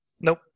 Nope